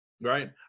right